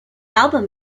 album